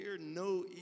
no